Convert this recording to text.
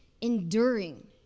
enduring